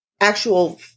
actual